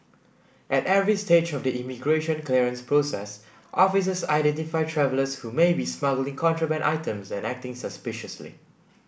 at every stage of the immigration clearance process officers identify travellers who may be smuggling contraband items and acting suspiciously